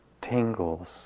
tingles